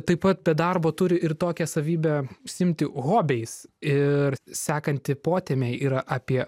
taip pat be darbo turi ir tokią savybę užsiimti hobiais ir sekanti potemė yra apie